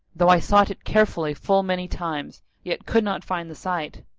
though i sought it carefully full many times, yet could not find the site.